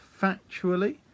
factually